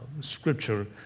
scripture